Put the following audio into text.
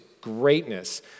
greatness